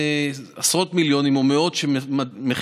עשרות מיליונים או מאות שמכינים,